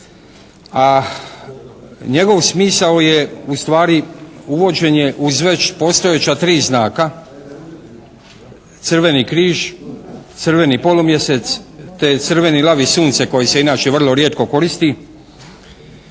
a njegov smisao je ustvari uvođenje uz već postojeća tri znaka crveni križ, crveni polumjesec te crveni lav i sunce koji se inače vrlo rijetko koristi